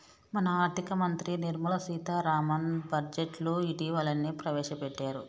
మన ఆర్థిక మంత్రి నిర్మల సీతారామన్ బడ్జెట్ను ఇటీవలనే ప్రవేశపెట్టారు